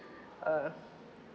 err ya